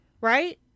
Right